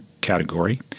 category